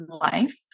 life